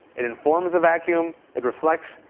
it informs the vacuum. it reflects.